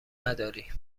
نداری